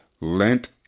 Lent